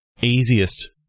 easiest